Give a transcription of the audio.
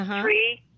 Three